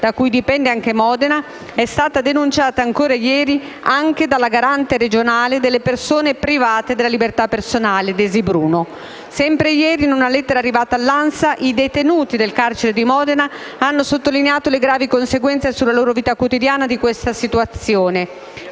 da cui dipende anche Modena, è stata denunciata ieri anche dalla Garante regionale delle persone private della libertà personale, Desi Bruno. Sempre ieri, in una lettera arrivata all'ANSA, i detenuti del carcere di Modena hanno sottolineato le gravi conseguenze sulla loro vita quotidiana di questa situazione.